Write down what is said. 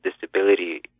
disability